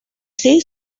say